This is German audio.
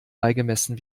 beigemessen